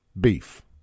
beef